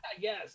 Yes